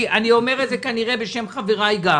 לשלם.